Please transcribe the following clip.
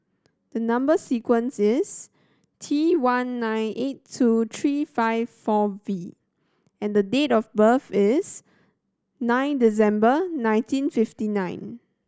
the number sequence is T one nine eight two three five four V and date of birth is nine December nineteen fifty nine